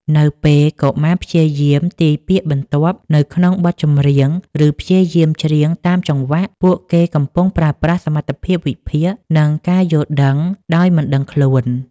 នៅពេលកុមារព្យាយាមទាយពាក្យបន្ទាប់នៅក្នុងបទចម្រៀង ឬព្យាយាមច្រៀងតាមចង្វាក់ ពួកគេកំពុងប្រើប្រាស់សមត្ថភាពវិភាគ និងការយល់ដឹងដោយមិនដឹងខ្លួន។